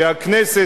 שהכנסת,